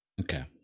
Okay